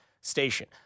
station